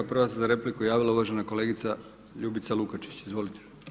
Prva se za repliku javila uvažena kolegica Ljubica Lukačić, izvolite.